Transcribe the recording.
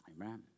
Amen